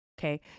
okay